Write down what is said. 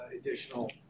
additional